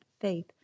faith